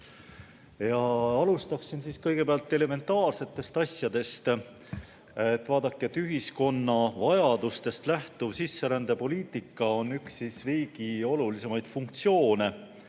on. Alustan kõigepealt elementaarsetest asjadest. Vaadake, ühiskonna vajadustest lähtuv sisserändepoliitika on üks riigi olulisimaid funktsioone.